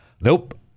Nope